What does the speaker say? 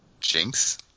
Jinx